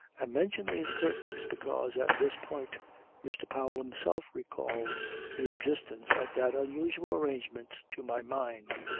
i mention these curtains because at this point mr. powell himself recalled the existence of that unusual arrangement to my mind.